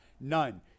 None